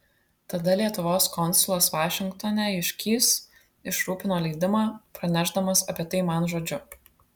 tada lietuvos konsulas vašingtone juškys išrūpino leidimą pranešdamas apie tai man žodžiu